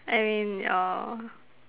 and err